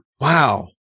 wow